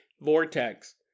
vortex